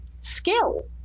skill